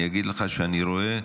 אני אגיד לך שאני רואה,